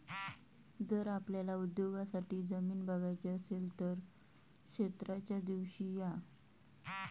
जर आपल्याला उद्योगासाठी जमीन बघायची असेल तर क्षेत्राच्या दिवशी या